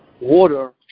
Water